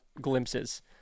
glimpses